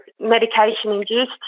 medication-induced